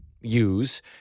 use